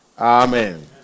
Amen